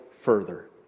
further